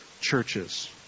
churches